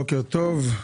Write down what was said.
בוקר טוב.